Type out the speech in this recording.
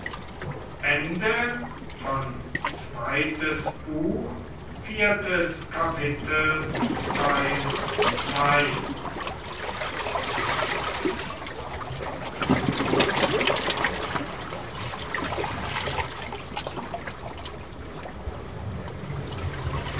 zweites buch erstes kapitel